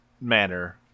manner